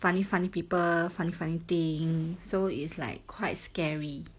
funny funny people funny funny thing so is like quite scary